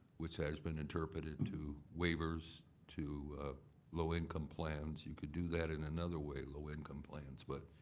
which has been interpreted to waivers, to low income plans, you can do that in another way, low income plans. but,